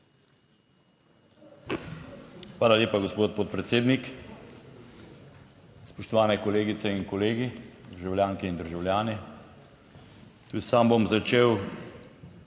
Hvala lepa gospod podpredsednik. Spoštovane kolegice in kolegi, državljanke in državljani! Tudi sam bom začel